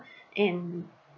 and